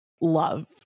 love